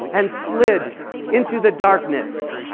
and slid into the darkness.